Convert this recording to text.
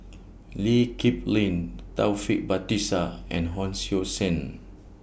Lee Kip Lin Taufik Batisah and Hon Sui Sen